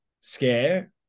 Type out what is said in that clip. scare